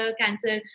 cancer